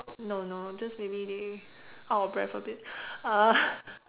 no no just maybe they out of breathe a bit uh